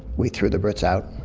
we threw the brits out.